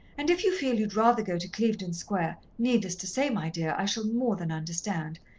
and if you feel you'd rather go to clevedon square, needless to say, my dear, i shall more than understand.